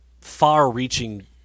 far-reaching